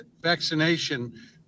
vaccination